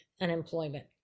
unemployment